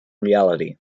reality